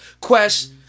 Quest